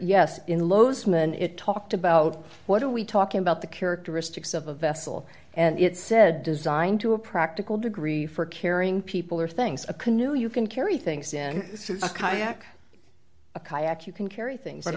yes in los mn it talked about what are we talking about the characteristics of a vessel and it's said designed to a practical degree for carrying people or things a canoe you can carry things in this is a kayak a kayak you can carry things